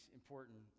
important